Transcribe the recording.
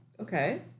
Okay